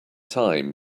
time